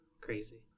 crazy